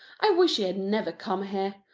i wish he had never come here.